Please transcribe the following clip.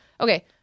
Okay